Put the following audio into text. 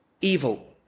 evil